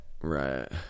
Right